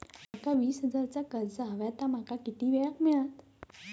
माका वीस हजार चा कर्ज हव्या ता माका किती वेळा क मिळात?